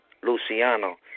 Luciano